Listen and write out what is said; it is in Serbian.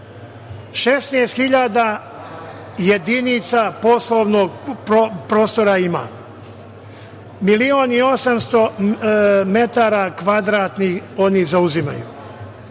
hiljada jedinica poslovnog prostora ima, milion i 800 metara kvadratnih oni zauzimaju.